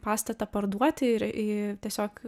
pastatą parduoti ir i tiesiog